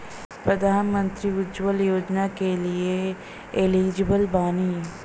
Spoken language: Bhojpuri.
प्रधानमंत्री उज्जवला योजना के लिए एलिजिबल बानी?